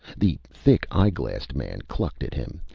the thick-eyeglassed man clucked at him,